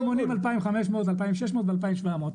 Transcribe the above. אנחנו מונים 2,500 2,600 ו-2,700.